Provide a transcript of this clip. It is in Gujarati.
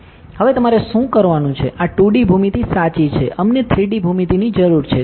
હવે તમારે શું કરવાનું છે આ 2D ભૂમિતિ સાચી છે અમને 3D ભૂમિતિની જરૂર છે